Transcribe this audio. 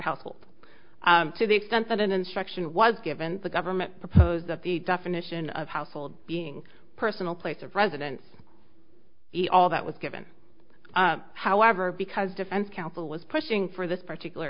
help to the extent that an instruction was given the government proposed that the definition of household being personal place of residence be all that was given however because defense counsel was pushing for this particular